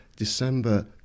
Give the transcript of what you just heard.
December